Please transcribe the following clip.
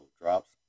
drops